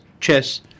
chess